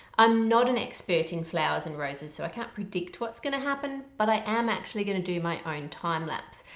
i'm not an expert in flowers and roses so i can't predict what's gonna happen but i am actually gonna do my own time-lapse.